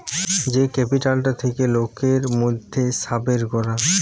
যেই ক্যাপিটালটা থাকে লোকের মধ্যে সাবের করা